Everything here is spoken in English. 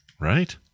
right